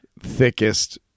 thickest